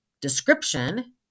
description